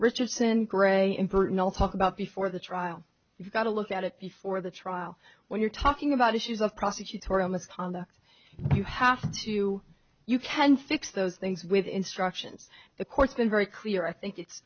richardson gray and burton all talk about before the trial you've got to look at it before the trial when you're talking about issues of prosecutorial misconduct and you have to you can fix those things with instructions the court's been very clear i think it's